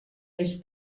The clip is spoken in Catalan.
més